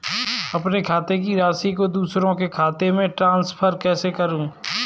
अपने खाते की राशि को दूसरे के खाते में ट्रांसफर कैसे करूँ?